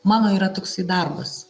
mano yra toksai darbas